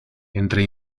entre